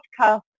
podcast